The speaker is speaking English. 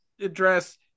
address